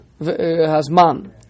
hazman